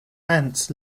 ants